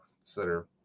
consider